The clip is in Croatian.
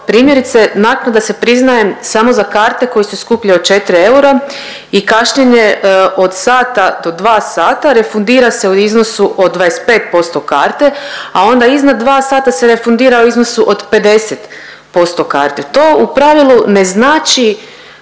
primjerice naknada se priznaje samo za karte koje su skuplje od 4 eura i kašnjenje od sata do dva sata refundira se u iznosu od 25% karte, a onda iznad 2 sata se refundira u iznosu od 50% karte. To u pravilu ne znači